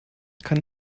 kann